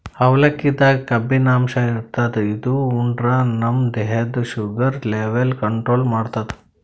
ಅವಲಕ್ಕಿದಾಗ್ ಕಬ್ಬಿನಾಂಶ ಇರ್ತದ್ ಇದು ಉಂಡ್ರ ನಮ್ ದೇಹದ್ದ್ ಶುಗರ್ ಲೆವೆಲ್ ಕಂಟ್ರೋಲ್ ಮಾಡ್ತದ್